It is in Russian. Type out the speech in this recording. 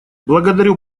благодарю